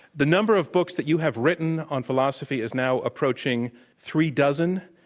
the number of books that you have written on philosophy is now approaching three dozen?